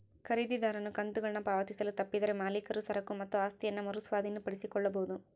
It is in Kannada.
ಖರೀದಿದಾರನು ಕಂತುಗಳನ್ನು ಪಾವತಿಸಲು ತಪ್ಪಿದರೆ ಮಾಲೀಕರು ಸರಕು ಮತ್ತು ಆಸ್ತಿಯನ್ನ ಮರು ಸ್ವಾಧೀನಪಡಿಸಿಕೊಳ್ಳಬೊದು